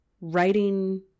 writing